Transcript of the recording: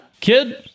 Kid